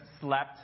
slept